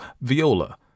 Viola